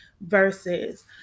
versus